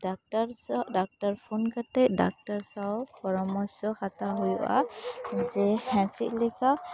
doctor ᱥᱟᱞᱟᱜ doctor phone ᱠᱟᱛᱮᱜ doctor ᱥᱟᱶ ᱯᱚᱨᱟᱢᱚᱨᱥᱚ ᱦᱟᱛᱟᱣ ᱦᱩᱭᱩᱜᱼᱟ ᱡᱮ ᱪᱮᱜ ᱞᱮᱠᱟ